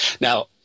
Now